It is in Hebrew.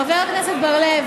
חבר הכנסת בר-לב,